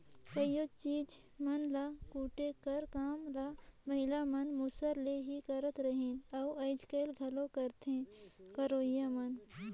कइयो चीज मन ल कूटे कर काम ल महिला मन मूसर ले ही करत रहिन अउ आएज घलो करथे करोइया मन